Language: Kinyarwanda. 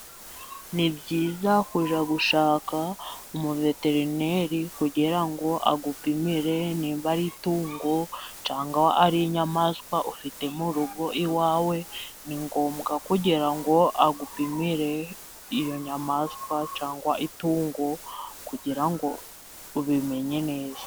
Ni byiza kujya gushaka umuveterineri kugirango ngo agupimire nimba ari itungo cyangwa ari inyamaswa ufite mu urugo iwawe, ni ngombwa kugira ngo agupimire iyo nyamaswa cyangwa itungo kugirango ngo ubimenye neza.